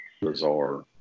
bizarre